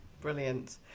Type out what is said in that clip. Brilliant